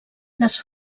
les